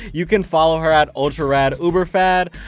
you can follow her at ultraraduberfad.